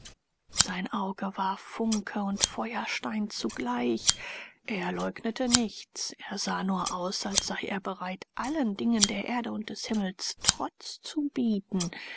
sein auge war funke und feuerstein zugleich er leugnete nichts er sah nur aus als sei er bereit allen dingen der erde und des himmels trotz zu bieten